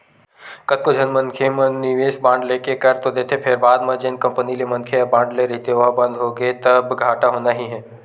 कतको झन मनखे मन निवेस बांड लेके कर तो देथे फेर बाद म जेन कंपनी ले मनखे ह बांड ले रहिथे ओहा बंद होगे तब घाटा होना ही हे